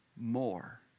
more